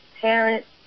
parents